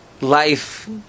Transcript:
life